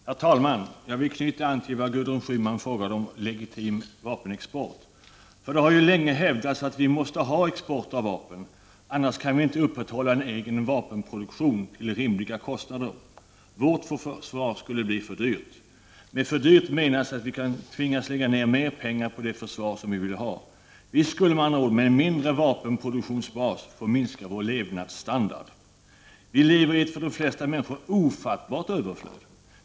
Herr talman! Jag vill knyta an till det Gudrun Schyman frågade om legitim vapenexport. Det har länge hävdats att vi måste ha export av vapen — annars kan vi inte upprätthålla en egen vapenproduktion till rimliga kostnader — vårt försvar skulle bli för dyrt. Med för dyrt menas att vi kan tvingas lägga ned mer pengar på det försvar som vi vill ha. Visst skulle man med en mindre vapenproduktionsbas få minska vår lev nadsstandard. Vi lever i ett för de flesta människor ofattbart överflöd.